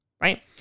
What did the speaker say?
right